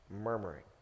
murmuring